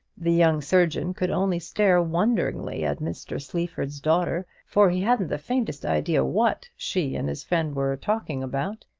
the young surgeon could only stare wonderingly at mr. sleaford's daughter, for he hadn't the faintest idea what she and his friend were talking about.